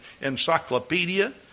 encyclopedia